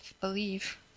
believe